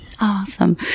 Awesome